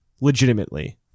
legitimately